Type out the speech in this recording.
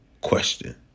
Question